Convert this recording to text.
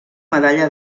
medalla